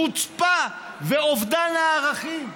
חוצפה ואובדן הערכים.